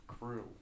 crew